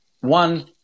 one